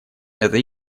это